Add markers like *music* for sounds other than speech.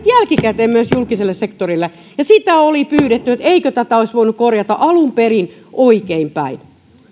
*unintelligible* jälkikäteen myös julkiselle sektorille ja sitä oli pyydetty että eikö tätä olisi voinut korjata alun perin oikein päin